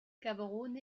gaborone